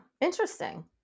Interesting